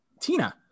Tina